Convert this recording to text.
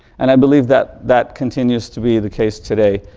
and i believe that that continues to be the case today,